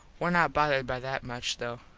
were not bothered by that much though.